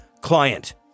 client